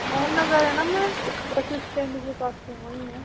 मोहन नगर है न ma'am bus stand के पास वहीं है